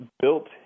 built